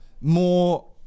more